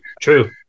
True